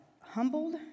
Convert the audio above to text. humbled